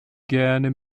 gerne